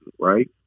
right